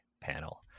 panel